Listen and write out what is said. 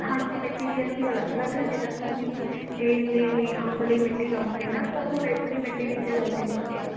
ਹਾਂਜੀ ਮਿੱਟੀ ਵੀ ਇਨ੍ਹਾਂ ਦੀ ਅਲੱਗ ਅਲੱਗ ਹੈ ਜਿੱਦਾਂ ਤੁਸੀਂ ਇਸ ਦੇ ਲਈ ਅੰਬ ਵਾਲੀ ਮਿੱਟੀ ਲਉਗੇ ਨਾ ਤਾਂ ਉਹ ਰੇਤਲੀ ਮਿੱਟੀ ਵਿੱਚ ਜਲਦੀ ਹੋ ਜਾਏਗਾ